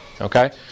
okay